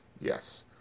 Yes